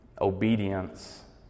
obedience